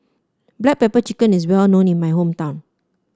Black Pepper Chicken is well known in my hometown